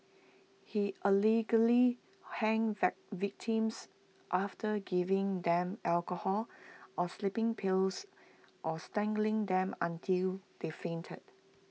he allegedly hanged victims after giving them alcohol or sleeping pills or strangling them until they fainted